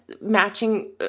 matching